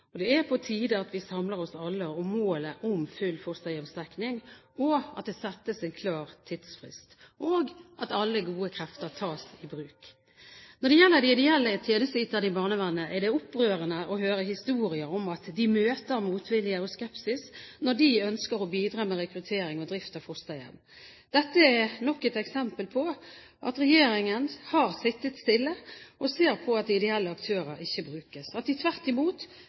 Det er på tide at vi alle samler oss om målet om full fosterhjemsdekning, at det settes en klar tidsfrist, og at alle gode krefter tas i bruk. Når det gjelder de ideelle tjenesteyterne i barnevernet, er det opprørende å høre historier om at de møter motvilje og skepsis når de ønsker å bidra med rekruttering og drift av fosterhjem. Dette er nok et eksempel på at regjeringen har sittet stille og sett på at ideelle aktører ikke brukes, at de tvert imot